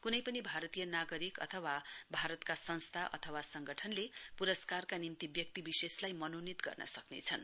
कुनै पनि भारतीय नागरिक अथवा भारतका संस्था अथवा संगठनले पुरस्कारका निम्ति व्यक्तिविशेषलाई मनोनित गर्न सक्रेछन्